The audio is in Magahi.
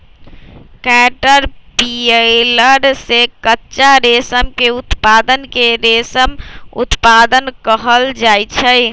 कैटरपिलर से कच्चा रेशम के उत्पादन के रेशम उत्पादन कहल जाई छई